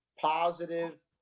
positive